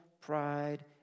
pride